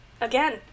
again